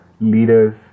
leaders